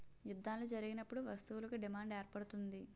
యుద్ధాలు జరిగినప్పుడు వస్తువులకు డిమాండ్ ఏర్పడుతుంది